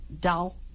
dull